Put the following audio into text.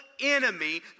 enemy